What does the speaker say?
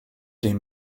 des